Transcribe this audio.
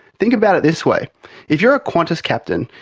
think about it this way if you are a qantas captain,